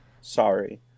Sorry